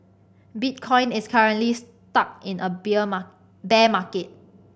bitcoin is currently stuck in a bear bare market